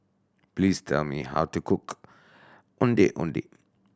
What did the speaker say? please tell me how to cook Ondeh Ondeh